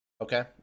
Okay